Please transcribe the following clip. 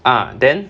ah then